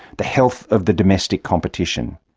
the health of the domestic competition.